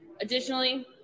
Additionally